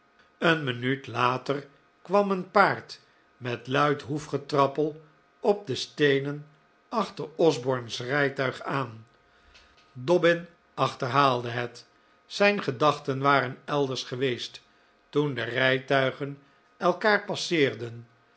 een minuut later kwam een paard met luid hoefgetrappel op de steenen achter osborne's rijtuig aan dobbin achterhaalde het zijn gedachten waren elders geweest toen de rijtuigen elkaar passeerden